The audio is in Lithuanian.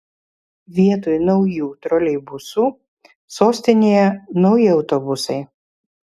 vietoj naujų troleibusų sostinėje nauji autobusai